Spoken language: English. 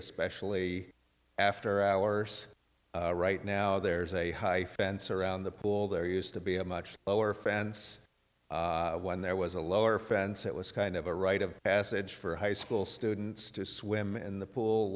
especially after hours right now there's a high fence around the pool there used to be a much lower fence when there was a lower fence it was kind of a rite of passage for high school students to swim in the pool